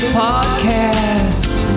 podcast